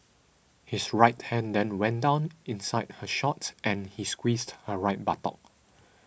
his right hand then went down inside her shorts and he squeezed her right buttock